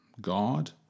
God